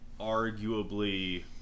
arguably